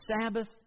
Sabbath